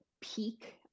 peak